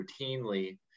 routinely